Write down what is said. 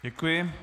Děkuji.